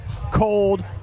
cold